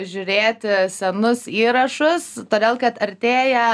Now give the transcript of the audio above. žiūrėti senus įrašus todėl kad artėja